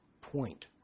point